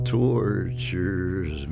tortures